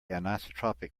anisotropic